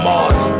Mars